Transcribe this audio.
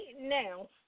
now